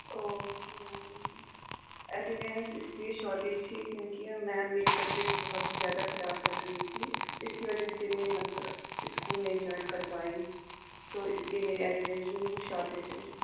okay ma'am attendance اس لیے shortage ہوئی کیونکہ میم میری طبیعت بہت ہی زیادہ خراب چل رہی تھی اس کی وجہ سے میں مطلب اسکول نہیں جوائن کر پائی تو اس لیے میری اٹینڈنس جو ہیں وہ شارٹیج ہیں